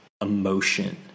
emotion